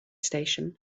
station